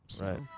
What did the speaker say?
right